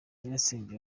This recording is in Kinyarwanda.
nyirasenge